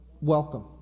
welcome